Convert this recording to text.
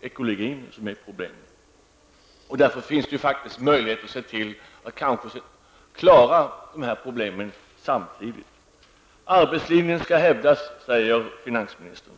Ekologin utgör också ett problem. Därför är det möjligt att se till att klara dessa problem samtidigt. Arbetslinjen skall hävdas, säger finansministern.